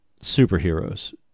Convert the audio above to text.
superheroes